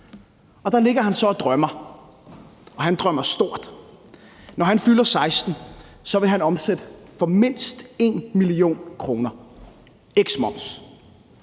og der ligger han så og drømmer, og han drømmer stort. Når han fylder 16 år, vil han omsætte for mindst 1 mio. kr., eksklusive moms.